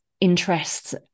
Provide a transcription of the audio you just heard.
interests